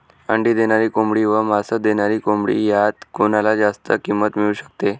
अंडी देणारी कोंबडी व मांस देणारी कोंबडी यात कोणाला जास्त किंमत मिळू शकते?